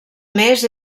més